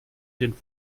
den